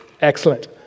excellent